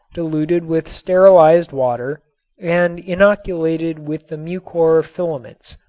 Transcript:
diluted with sterilized water and innoculated with the mucor filaments.